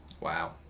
Wow